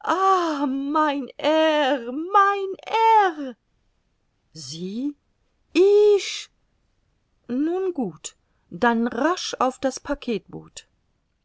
mein herr mein herr sie ich nun gut dann rasch auf das packetboot